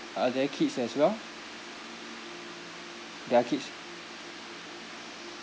are there kids as well there are kids